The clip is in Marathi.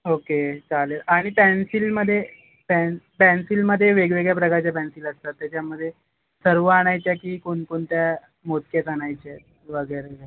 ओके चालेल आणि पॅन्सिलीमध्ये पॅन पॅन्सिलमध्ये वेगवेगळ्या प्रकारच्या पॅन्सिल असतात त्याच्यामध्ये सर्व आणायच्या की कोणकोणत्या मोजक्याच आणायच्या आहेत वगैरे